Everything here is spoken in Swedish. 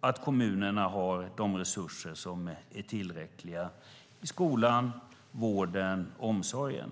att kommunerna har resurser som är tillräckliga i skolan, vården och omsorgen?